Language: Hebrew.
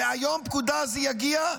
ויום הפקודה הזה יגיע,